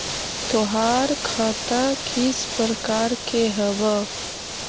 तोहार खता किस प्रकार के हवअ